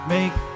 Make